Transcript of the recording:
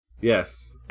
Yes